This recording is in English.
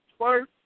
first